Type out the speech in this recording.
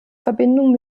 verbindung